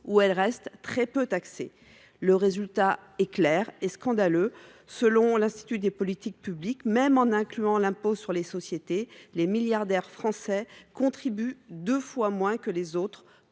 où celles ci restent très peu taxées. Le résultat est clair et scandaleux : selon l’Institut des politiques publiques, même en incluant l’impôt sur les sociétés, les milliardaires français contribuent deux fois moins – vous avez